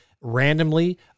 randomly